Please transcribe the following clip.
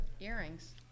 Earrings